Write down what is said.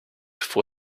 for